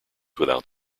without